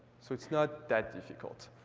so it's not that difficult.